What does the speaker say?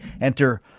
Enter